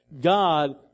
God